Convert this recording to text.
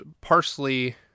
parsley